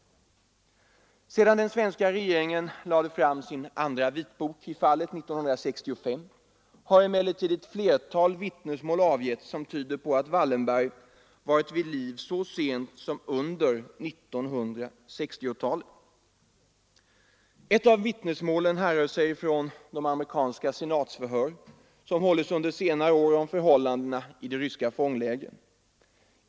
Sedan den svenska regeringen lade fram sin andra vitbok i fallet 1965 har emellertid ett flertal vittnesmål avgetts som tyder på att Raoul Wallenberg varit vid liv så sent som under 1960-talet. Ett av vittnesmålen härrör från de amerikanska senatsförhör som hållits under senare år om förhållandena i de ryska fånglägren.